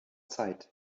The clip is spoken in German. zeit